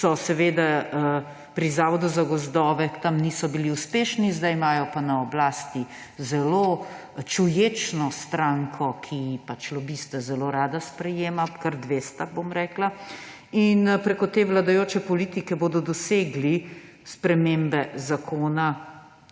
Lobisti pri Zavodu za gozdove niso bili uspešni, zdaj imajo pa na oblasti zelo čuječno stranko, ki lobiste zelo rada sprejema. Kar dve sta, bom rekla. In preko te vladajoče politike bodo dosegli spremembe zakona,